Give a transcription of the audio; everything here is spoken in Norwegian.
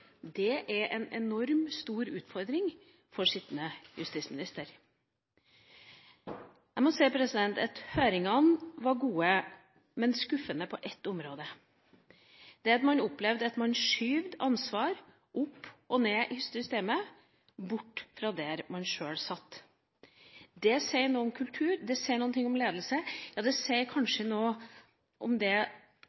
Det er en enormt stor utfordring for sittende justisminister. Jeg må si at høringene var gode, men skuffende på ett område: Man opplevde at man skjøv ansvar opp og ned i systemet, bort fra der man sjøl satt. Det sier noe om kultur, det sier noe om ledelse, ja, det sier